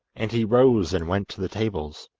and he rose and went to the tables.